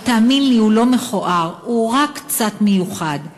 אבל תאמין לי, הוא לא מכוער, הוא רק קצת מיוחד.